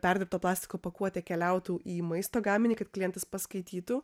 perdirbto plastiko pakuotė keliautų į maisto gaminį kad klientas paskaitytų